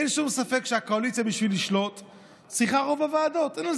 אין שום ספק שהקואליציה צריכה רוב בוועדות בשביל לשלוט,